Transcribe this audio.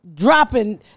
Dropping